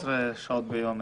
11 שעות ביום.